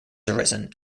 arisen